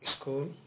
school